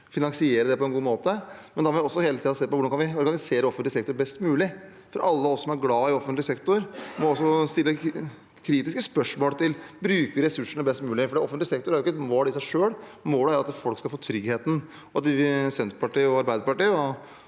finansiere det på en god måte. Da må vi også hele tiden se på hvordan vi kan organisere offentlig sektor best mulig. Alle oss som er glad i offentlig sektor, må også stille kritiske spørsmål til om vi bruker ressursene best mulig. Offentlig sektor er ikke et mål i seg selv, målet er at folk skal få tryggheten. Senterpartiet, Arbeiderpartiet